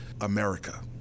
America